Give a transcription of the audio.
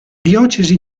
diocesi